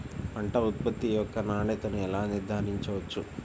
పంట ఉత్పత్తి యొక్క నాణ్యతను ఎలా నిర్ధారించవచ్చు?